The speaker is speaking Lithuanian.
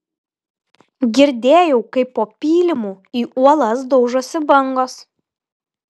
girdėjau kaip po pylimu į uolas daužosi bangos